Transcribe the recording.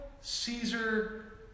Caesar